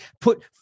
put